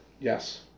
Yes